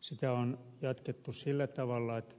sitä on jatkettu sillä tavalla että